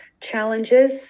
challenges